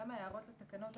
כמה הערות לתקנות.